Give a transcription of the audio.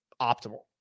optimal